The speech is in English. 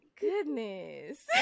Goodness